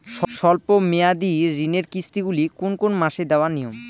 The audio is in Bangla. স্বল্প মেয়াদি ঋণের কিস্তি গুলি কোন কোন মাসে দেওয়া নিয়ম?